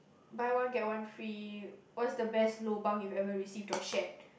buy one get one free what's the best lobang you've ever received or shared